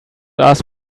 ask